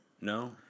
No